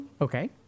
Okay